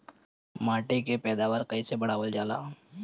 माटी के पैदावार कईसे बढ़ावल जाला?